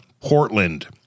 Portland